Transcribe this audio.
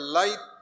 light